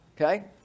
Okay